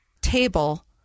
table